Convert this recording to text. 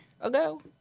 ago